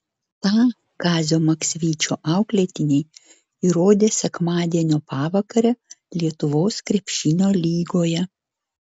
tą kazio maksvyčio auklėtiniai įrodė sekmadienio pavakarę lietuvos krepšinio lygoje